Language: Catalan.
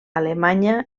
alemanya